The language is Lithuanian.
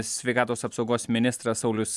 sveikatos apsaugos ministras saulius